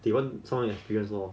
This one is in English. they want some experience lor